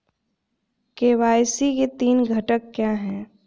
KYC के तीन घटक क्या हैं?